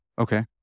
Okay